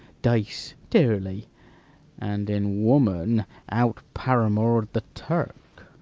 dice dearly and in woman out-paramour'd the turk